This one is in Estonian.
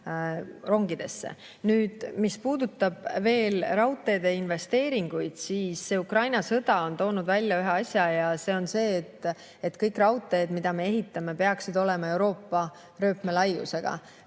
rongi. Mis puudutab veel raudteede investeeringuid, siis Ukraina sõda on toonud välja ühe asja ja see on see, et kõik raudteed, mida me ehitame, peaksid olema Euroopa rööpmelaiusega.